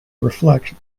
reflect